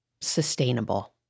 sustainable